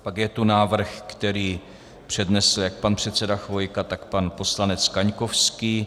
Pak je tu návrh, který přednesl jak pan předseda Chvojka, tak pan poslanec Kaňkovský.